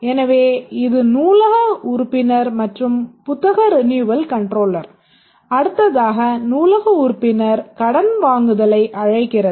எனவே இது நூலக உறுப்பினர் மற்றும் புத்தக ரின்யுவல் கன்ட்ரோலர் அடுத்ததாக நூலக உறுப்பினர் கடன் வாங்குதலை அழைக்கிறது